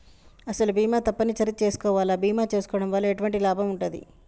అసలు బీమా తప్పని సరి చేసుకోవాలా? బీమా చేసుకోవడం వల్ల ఎటువంటి లాభం ఉంటది?